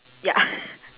ya